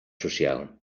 social